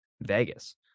Vegas